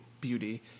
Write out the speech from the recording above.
Beauty